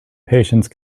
patience